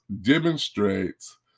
demonstrates